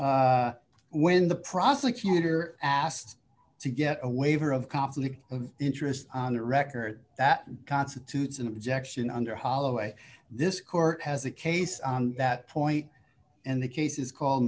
when the prosecutor asked to get a waiver of conflict of interest on the record that constitutes an objection under holloway this court has a case on that point and the case is called